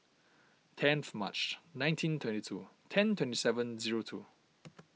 tenth March nineteen twenty two ten twenty seven zero two